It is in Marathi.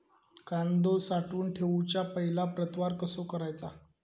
कांदो साठवून ठेवुच्या पहिला प्रतवार कसो करायचा?